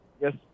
yes